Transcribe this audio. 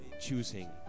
choosing